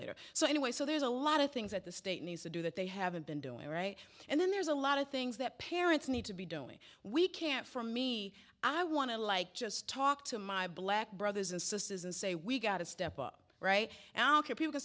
later so anyway so there's a lot of things that the state needs to do that they haven't been doing right and then there's a lot of things that parents need to be doing we can't for me i want to like just talk to my black brothers and sisters and say we got to step up right now people